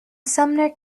sumner